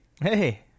hey